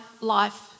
Life